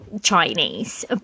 chinese